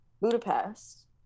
Budapest